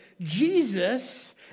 Jesus